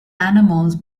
animals